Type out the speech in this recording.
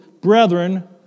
brethren